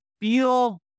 feel